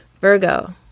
Virgo